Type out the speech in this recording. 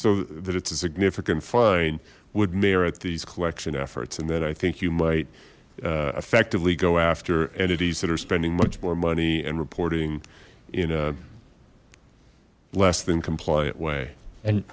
so that it's a significant fine would merit these collection efforts and then i think you might effectively go after entities that are spending much more money and reporting in a less than compliant way and